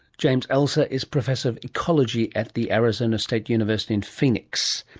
james elser is professor of ecology at the arizona state university in phoenix.